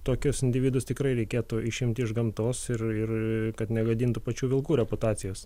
tokius individus tikrai reikėtų išimti iš gamtos ir ir kad negadintų pačių vilkų reputacijos